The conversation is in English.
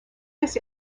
this